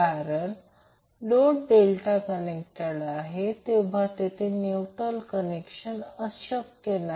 कारण जेव्हा load delta connected आहे तेव्हा तेथे न्यूट्रल कनेक्शन अशक्य आहे